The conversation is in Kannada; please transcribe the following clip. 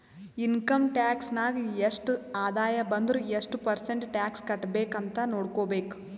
ಇನ್ಕಮ್ ಟ್ಯಾಕ್ಸ್ ನಾಗ್ ಎಷ್ಟ ಆದಾಯ ಬಂದುರ್ ಎಷ್ಟು ಪರ್ಸೆಂಟ್ ಟ್ಯಾಕ್ಸ್ ಕಟ್ಬೇಕ್ ಅಂತ್ ನೊಡ್ಕೋಬೇಕ್